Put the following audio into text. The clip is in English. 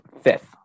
Fifth